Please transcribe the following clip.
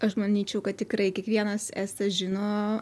aš manyčiau kad tikrai kiekvienas estas žino